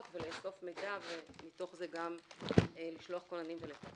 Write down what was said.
ולאסוף מידע ומתוך זה גם לשלוח כוננים ולטפל,